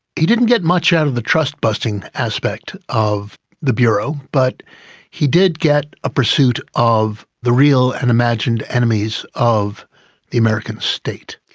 he didn't get much out of the trust busting aspect of the bureau, but he did get a pursuit of the real and imagined enemies of the american state.